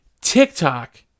TikTok